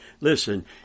listen